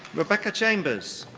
rebecca chambers.